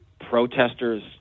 protesters